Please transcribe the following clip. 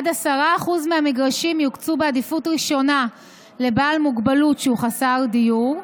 עד 10% מהמגרשים יוקצו בעדיפות ראשונה לבעל מוגבלות שהוא חסר דיור.